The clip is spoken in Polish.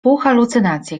półhalucynacje